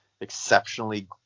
exceptionally